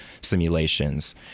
simulations